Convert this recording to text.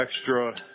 extra